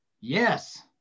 Yes